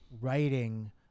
writing